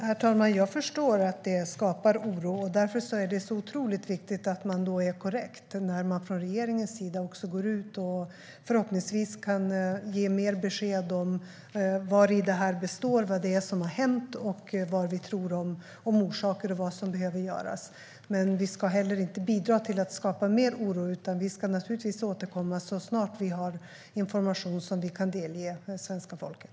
Herr talman! Jag förstår att det skapar oro. Därför är det otroligt viktigt att man är korrekt när man från regeringens sida går ut och förhoppningsvis kan ge mer besked om vari detta består, vad det är som har hänt och vad vi tror om orsaker och vad som behöver göras. Men vi ska inte bidra till att skapa mer oro, utan vi ska återkomma så snart vi har information som vi kan delge svenska folket.